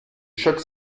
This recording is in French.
choc